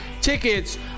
tickets